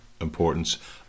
importance